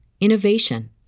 innovation